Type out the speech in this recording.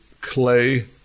clay